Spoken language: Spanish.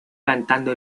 cantando